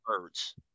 birds